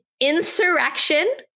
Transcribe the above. insurrection